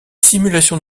simulations